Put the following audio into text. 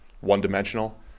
one-dimensional